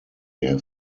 have